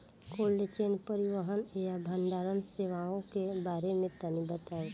Cold chain परिवहन या भंडारण सेवाओं के बारे में तनी बताई?